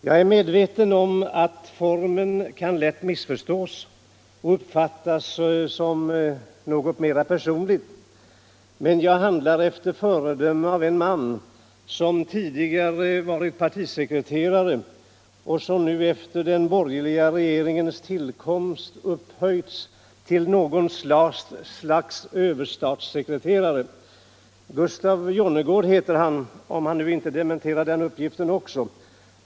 — Jag är medveten om att den formen lätt kan missförstås och uppfattas som något mera personligt, men jag handlar efter föredöme av en man som tidigare varit partisekreterare och som nu efter den borgerliga regeringens tillkomst upphöjts till något slags överstatssekreterare. Gustaf Jonnergård heter han, om”han nu inte dementerar den uppgiften också.